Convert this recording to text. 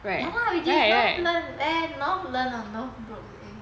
no lah it's in northland there northland or northbrooks